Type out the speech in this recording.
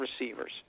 receivers